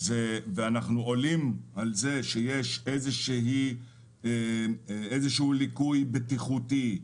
ואנחנו עולים על כך שיש איזשהו ליקוי בטיחותי,